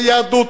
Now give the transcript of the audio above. זה יהדות.